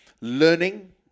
Learning